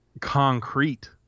concrete